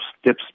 steps